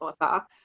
author